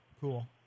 cool